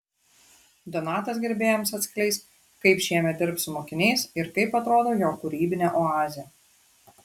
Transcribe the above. donatas gerbėjams atskleis kaip šiemet dirbs su mokiniais ir kaip atrodo jo kūrybinė oazė